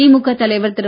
திமுக தலைவர் திரு